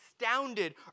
astounded